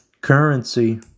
Currency